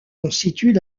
constituent